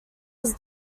was